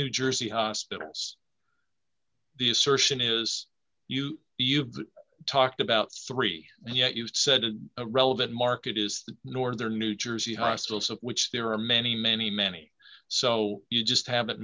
new jersey hospitals the assertion is you you've talked about three yet you said an irrelevant market is the northern new jersey hospitals of which there are many many many so you just haven't